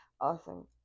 Awesome